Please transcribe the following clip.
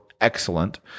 excellent